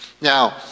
Now